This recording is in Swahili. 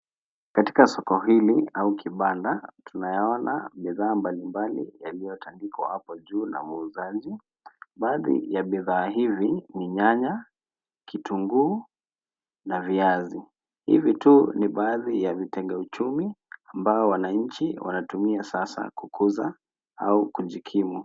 Katika soko hili au kibanda tunayaona bidhaa mbalimbali yaliyotandikwa hapo juu na muuzaji. Baadhi ya bidhaa hivi ni nyanya, kitunguu na viazi. Hivi tu ni baadhi ya vitega uchumi ambayo wananchi wanatumia sasa kukuza au kujikimu.